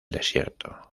desierto